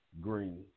Green